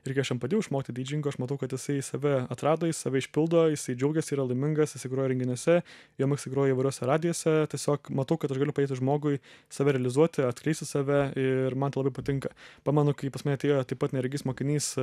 ir kai aš jam padėjau išmokti didžingo aš matau kad jisai save atrado jis save išpildo jisai džiaugiasi yra laimingas jisai groja renginiuose jo miksai groja įvairiuose radijose tiesiog matau kad aš galiu padėti žmogui save realizuoti atskleisti save ir man tai labai patinka pamenu kai pas mane atėjo taip pat neregys mokinys